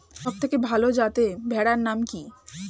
সবথেকে ভালো যাতে ভেড়ার নাম কি?